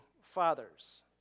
fathers